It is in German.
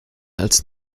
als